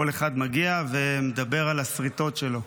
כל אחד מגיע ומדבר על השריטות שלו.